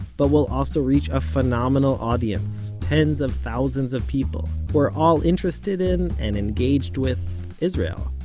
but will also reach a phenomenal audience, tens of thousands of people, who are all interested in and engaged with israel.